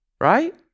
right